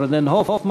חבר הכנסת רונן הופמן.